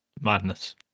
Madness